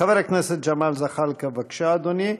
חבר הכנסת ג'מאל זחאלקה, בבקשה, אדוני.